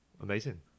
Amazing